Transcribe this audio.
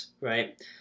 right